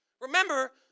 Remember